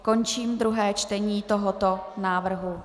Končím druhé čtení tohoto návrhu.